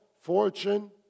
fortune